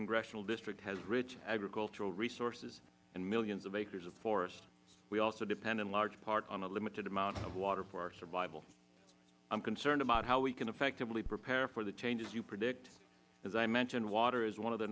congressional district has rich agricultural resources and millions of acres of forest we also depend in large part on a limited amount of water for our survival i am concerned about how we can effectively prepare for the changes you predict as i mentioned water is one of the